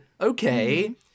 okay